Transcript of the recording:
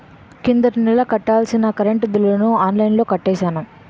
కిందటి నెల కట్టాల్సిన కరెంట్ బిల్లుని ఆన్లైన్లో కట్టేశాను